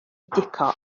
dico